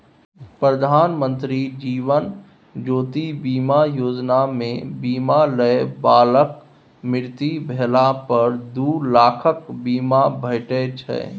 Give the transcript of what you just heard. प्रधानमंत्री जीबन ज्योति बीमा योजना मे बीमा लय बलाक मृत्यु भेला पर दु लाखक बीमा भेटै छै